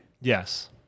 Yes